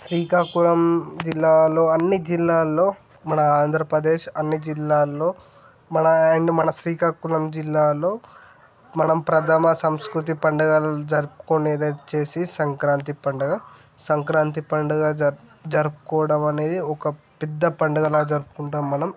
శ్రీకాకుళం జిల్లాలో అన్ని జిల్లాల్లో మన ఆంధ్రప్రదేశ్ అన్ని జిల్లాల్లో మన అండ్ మన శ్రీకాకుళం జిల్లాలో మనం ప్రథమ సంస్కృతి పండుగలు జరుపుకునేది వచ్చేసి సంక్రాంతి పండుగ సంక్రాంతి పండుగ జరుపుకోవడం అనేది ఒక పెద్ద పండుగలా జరుపుకుంటాము మనం